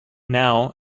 now